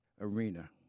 arena